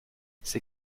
ces